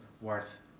worth